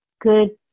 good